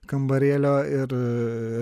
kambarėlio ir